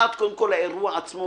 האחת, קודם כל האירוע עצמו.